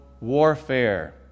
warfare